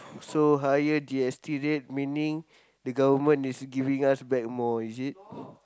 so higher G_S_T that meaning the Government is giving us back more is it